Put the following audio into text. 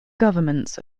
governments